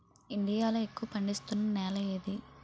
India లో ఎక్కువ పండిస్తున్నా నేల ఏది?